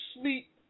sleep